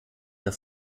der